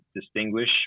distinguish